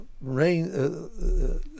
rain